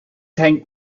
hängt